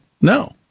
no